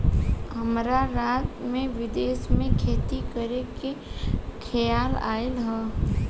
हमरा रात में विदेश में खेती करे के खेआल आइल ह